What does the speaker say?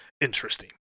interesting